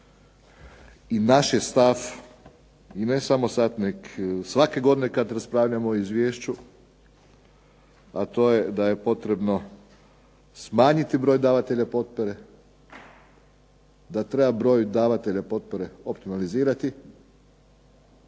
i naš je stav i ne samo sada nego svake godine kada raspravljamo o izvješću, a to je da je potrebno smanjiti broj davatelja potpore, da treba broj davatelja potpore optimalizirati,